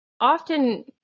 often